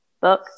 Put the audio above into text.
book